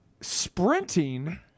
sprinting